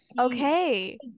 okay